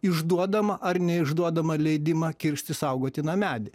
išduodama ar neišduodama leidimą kirsti saugotiną medį